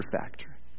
factor